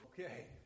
Okay